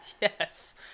yes